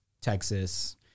Texas